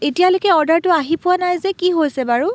এতিয়ালৈকে অৰ্ডাৰটো আহি পোৱা নাই যে কি হৈছে বাৰু